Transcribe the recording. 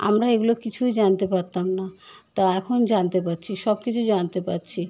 আমরা এগুলো কিছুই জানতে পারতাম না তা এখন জানতে পারছি সব কিছুই জানতে পারছি